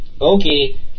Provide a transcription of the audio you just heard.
Okay